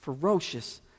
ferocious